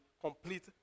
complete